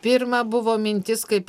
pirma buvo mintis kaip